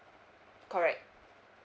correct